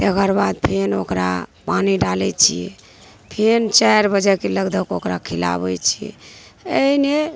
तकर बाद फेर ओकरा पानि डालै छिए फेर चारि बजेके लगधक ओकरा खिलाबै छिए एहिने